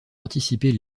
anticiper